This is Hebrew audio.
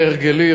כהרגלי,